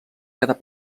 quedar